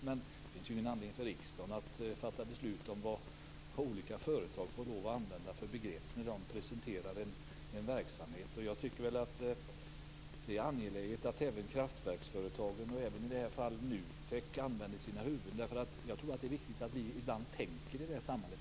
Det finns ingen anledning för riksdagen att fatta beslut om vilka begrepp som olika företag får använda när de presenterar en verksamhet. Jag tycker att det är angeläget att även kraftverksföretagen, och i detta fall NUTEK, använder sina huvuden. Jag tror att det är viktigt att vi också tänker ibland i det här samhället.